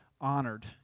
honored